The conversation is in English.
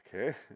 Okay